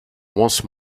once